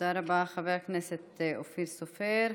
תודה רבה, חבר הכנסת אופיר סופר.